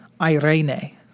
irene